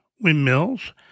windmills